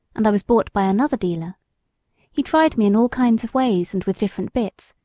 and i was bought by another dealer he tried me in all kinds of ways and with different bits,